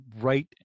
right